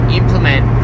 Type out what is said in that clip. implement